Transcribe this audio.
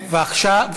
כנסת.